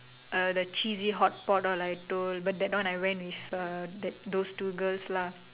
uh the cheesy hotpot all I like told but that one I went with uh those two girls lah